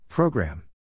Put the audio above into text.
Program